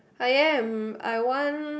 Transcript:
I am I want